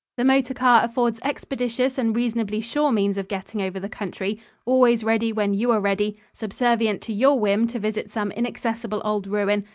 the motor car affords expeditious and reasonably sure means of getting over the country always ready when you are ready, subservient to your whim to visit some inaccessible old ruin,